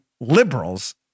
liberals